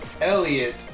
Elliot